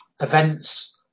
events